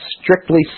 strictly